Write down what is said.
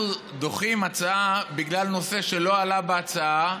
דוחים הצעה בגלל נושא שלא עלה בהצעה,